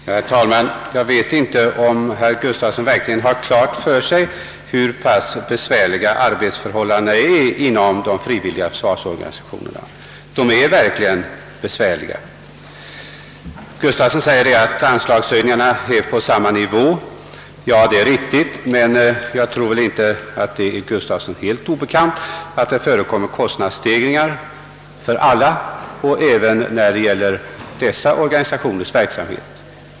Herr talman! Jag vet inte om herr Gustafsson i Uddevalla har klart för sig att arbetsförhållandena inom de frivilliga försvarsorganisationerna verkligen är besvärliga. Herr Gustafsson säger att anslagen ligger på samma nivå som tidigare. Det är riktigt, men jag tror inte det är helt obekant för herr Gustafsson att det förekommer kostnadsstegringar på alla områden och även inom dessa organisationers verksamhet.